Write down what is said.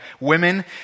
Women